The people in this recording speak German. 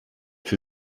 für